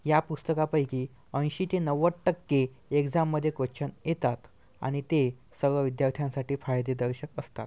या पुस्तकापैकी ऐंशी ते नव्वद टक्के एक्झाममध्ये क्वेस्चन येतात आणि ते सर्व विद्यार्थ्यांसाठी फायदे दर्शक असतात